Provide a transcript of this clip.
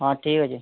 ହଁ ଠିକ୍ ଅଛି